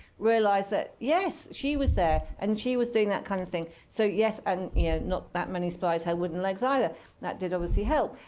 realize that, yes, she was there. and she was doing that kind of thing. so yes, and yeah not that many spies had wooden legs either. and that did obviously help.